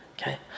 Okay